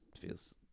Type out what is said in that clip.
feels